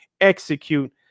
execute